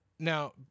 Now